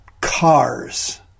cars